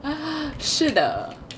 是的